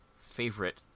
favorite